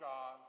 God